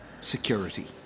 security